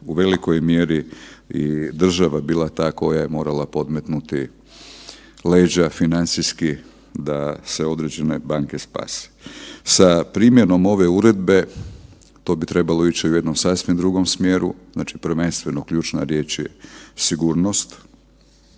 u velikoj mjeri i država bila ta koja je morala podmetnuti leđa financijski da se određene banke spase. Sa primjenom ove uredbe, to bi trebalo ići u jednom sasvim drugom smjeru, znači prvenstveno ključna riječ je sigurnost